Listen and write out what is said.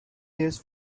days